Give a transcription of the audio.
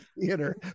theater